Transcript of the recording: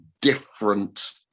different